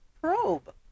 probe